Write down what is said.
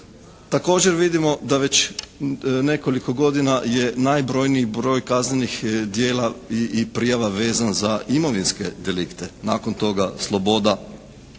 Također vidimo da već nekoliko godina je najbrojniji broj kaznenih djela i prijava vezan za imovinske delikte. Nakon toga sloboda,